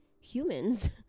humans